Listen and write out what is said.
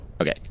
okay